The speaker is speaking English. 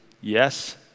yes